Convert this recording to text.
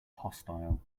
hostile